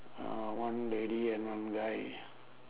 uh one lady and one guy